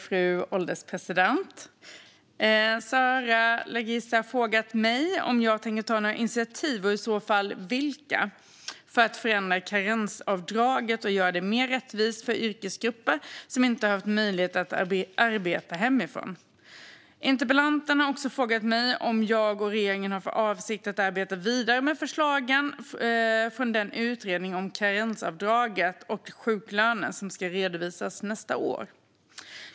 Fru ålderspresident! Zara Leghissa har frågat mig om jag tänker ta några initiativ, och i så fall vilka, för att förändra karensavdraget och göra det mer rättvist för yrkesgrupper som inte har möjlighet att arbeta hemifrån. Interpellanten har också frågat mig om jag och regeringen har för avsikt att arbeta vidare med förslagen från den utredning om karensavdraget och sjuklönen som ska redovisas nästa år.